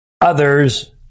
Others